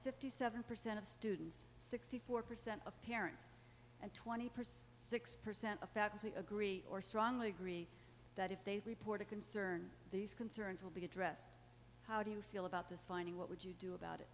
fifty seven percent of students sixty four percent of parents and twenty percent six percent of faculty agree or strongly agree that if they report a concern these concerns will be addressed how do you feel about this finding what would you do about it